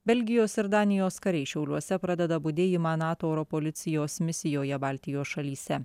belgijos ir danijos kariai šiauliuose pradeda budėjimą nato oro policijos misijoje baltijos šalyse